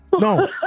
No